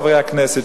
חברי הכנסת,